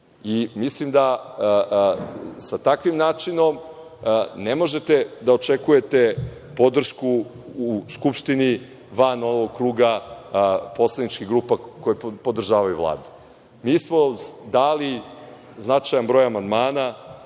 prošlo. Mislim da sa takvim načinom ne možete da očekujete podršku u Skupštini van ovog kruga poslaničkih grupa koje podržavaju Vladu. Mi smo dali značajan broj amandmana.